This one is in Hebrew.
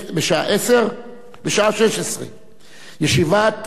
בשעה 16:00. ישיבת